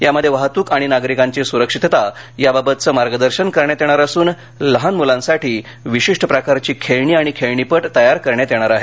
यामध्ये वाहत्क आणि नागरिकांची स्रक्षितता याबाबतचे मार्गार्दर्शन करण्यात येणार असून लहान म्लांसाठी विशिष्ट प्रकारची खेळणी आणि खेळणीपट तयार करण्यात येणार आहेत